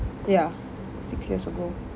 ya six years ago